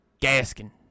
Gaskin